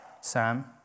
Sam